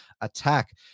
attack